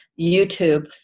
YouTube